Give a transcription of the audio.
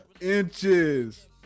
Inches